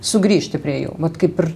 sugrįžti prie jų vat kaip ir